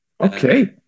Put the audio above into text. Okay